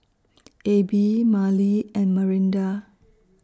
Abie Mallie and Marinda